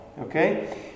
Okay